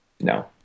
No